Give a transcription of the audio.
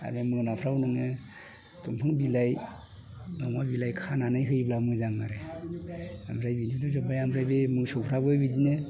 आरो मोनाफ्राव नोङो बिफां बिलाइ औवा बिलाइ खानानै होयोब्ला मोजां आरो ओमफ्राय बै मोसौफ्राबो बिदिनो